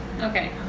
Okay